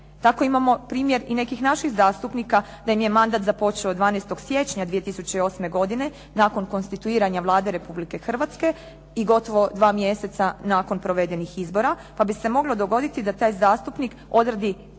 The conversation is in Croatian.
Tako imamo primjer i nekih naših zastupnika da im je mandat započeo 12. siječnja 2008. godine nakon konstituiranja Vlade Republike Hrvatske i gotovo 2 mjeseca nakon provedenih izbora, pa bi se moglo dogoditi da taj zastupnik odradi